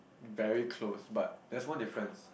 very close but that's one difference